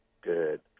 Good